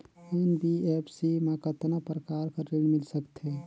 NBFC मा कतना प्रकार कर ऋण मिल सकथे?